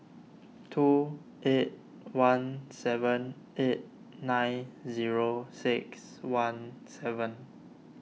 two eight one seven eight nine zero six one seven